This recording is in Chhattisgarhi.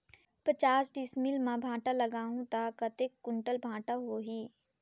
पचास डिसमिल मां भांटा लगाहूं ता कतेक कुंटल भांटा होही?